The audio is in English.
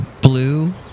blue